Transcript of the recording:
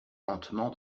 lentement